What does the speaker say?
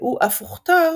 והוא אף הוכתר